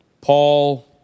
Paul